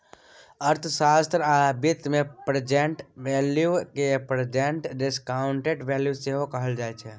अर्थशास्त्र आ बित्त मे प्रेजेंट वैल्यू केँ प्रेजेंट डिसकांउटेड वैल्यू सेहो कहल जाइ छै